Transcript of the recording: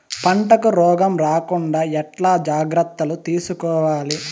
పంటకు రోగం రాకుండా ఎట్లా జాగ్రత్తలు తీసుకోవాలి?